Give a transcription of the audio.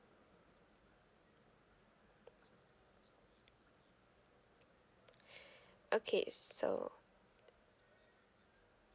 okay so